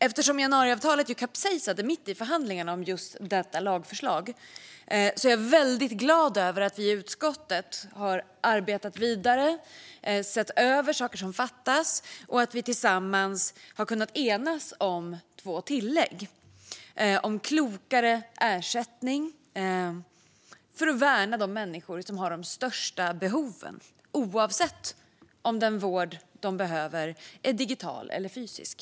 Eftersom januariavtalet ju kapsejsade mitt i förhandlingarna om just detta lagförslag är jag glad över att vi i utskottet har arbetat vidare, sett över vad som fattas och kunnat enas om två tillägg om klokare ersättning. Det handlar om att värna de människor som har de största behoven, oavsett om den vård de behöver är digital eller fysisk.